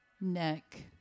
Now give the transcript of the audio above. neck